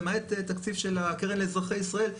לתקציב תקציב של הקרן לאזרחי ישראל.